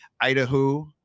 Idaho